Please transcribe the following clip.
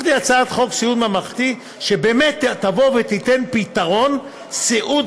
הנחתי הצעת חוק סיעוד ממלכתי שבאמת תבוא ותיתן פתרון סיעוד